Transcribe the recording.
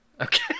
okay